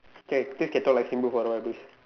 okay still can talk like Simbu for a while please